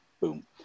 boom